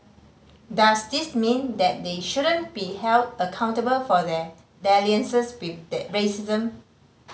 does this mean that they shouldn't be held accountable for their dalliances with the racism